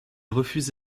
refuse